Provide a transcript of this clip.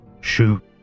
Shoot